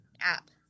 app